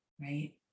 Right